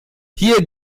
hier